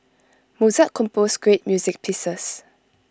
Mozart composed great music pieces